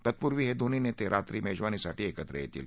तत्पूर्वी हे दोन्ही नेते रात्री मेजवानीसाठी एकत्र येतील